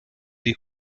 die